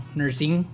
nursing